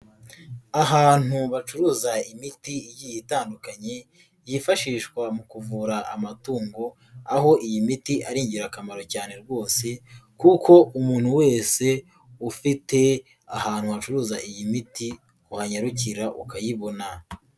Ahantu bacuruza imiti itandukanye yifashishwa mu kuvura amatungo, aho iyi miti ari ingirakamaro cyane rwose kuko umuntu wese ufite ahantu hacuruza iyi miti, wanyarukira ukayibona.